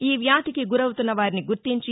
ఈ వ్యాధికి గురవుతున్న వారిని గుర్తించి